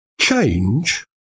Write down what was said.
Change